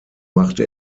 machte